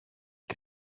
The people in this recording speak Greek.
και